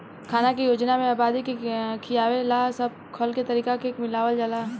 खाना के योजना में आबादी के खियावे ला सब खल के तरीका के मिलावल जाला